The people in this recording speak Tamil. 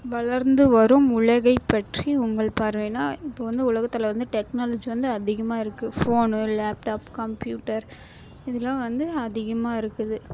வளர்ந்து வரும் உலகைப் பற்றி உங்கள் பார்வைனா இப்போ வந்து உலகத்தில் வந்து டெக்னாலஜி வந்து அதிகமா இருக்குது ஃபோனு லேப்டாப் கம்ப்யூட்டர் இதெல்லாம் வந்து அதிகமாக இருக்குது